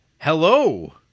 Hello